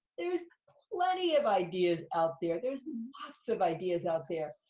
there's plenty of ideas out there. there's lots of ideas out there.